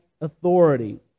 authority